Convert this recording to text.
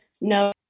no